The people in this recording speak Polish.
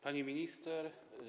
Pani Minister!